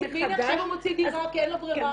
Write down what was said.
מחדש -- ואם עכשיו הוא מוצא דירה כי אין לו ברירה.